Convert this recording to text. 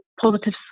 positive